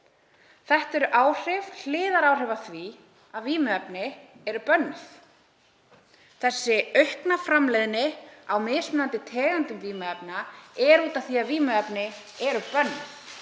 Þetta eru hliðaráhrif af því að vímuefni eru bönnuð. Þessi aukna framleiðni á mismunandi tegundum vímuefna er vegna þess að vímuefni eru bönnuð.